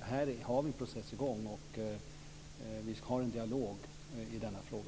Här har vi ju en process i gång, och vi har en dialog i denna fråga.